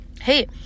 hey